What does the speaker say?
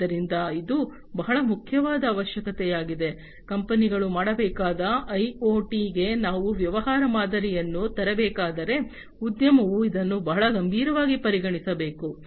ಆದ್ದರಿಂದ ಇದು ಬಹಳ ಮುಖ್ಯವಾದ ಅವಶ್ಯಕತೆಯಾಗಿದೆ ಕಂಪೆನಿಗಳು ಮಾಡಬೇಕಾದ ಐಒಟಿಗೆ ನಾವು ವ್ಯವಹಾರ ಮಾದರಿಯನ್ನು ತರಬೇಕಾದರೆ ಉದ್ಯಮವು ಇದನ್ನು ಬಹಳ ಗಂಭೀರವಾಗಿ ಪರಿಗಣಿಸಬೇಕು